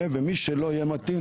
ומי שלא צריך להטעין